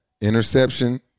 Interception